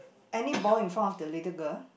any boy in front of the little girl